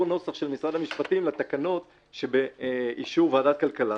נוסח של משרד המשפטים לתקנות שבאישור ועדת כלכלה,